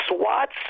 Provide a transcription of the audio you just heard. swats